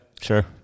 sure